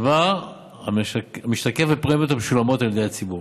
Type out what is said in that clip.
דבר המשתקף בפרמיות המשולמות על ידי הציבור.